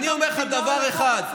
אני אומר לך דבר אחד,